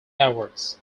awards